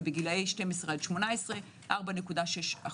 ובגילאי 12 עד 18 4.6%,